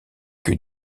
que